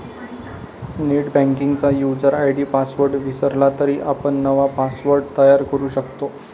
नेटबँकिंगचा user ID password विसरला तरी आपण नवा पासवर्ड तयार करू शकतो